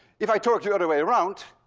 if i torque the other way around,